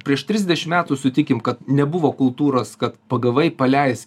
prieš trisdešim metų sutikim kad nebuvo kultūros kad pagavai paleisk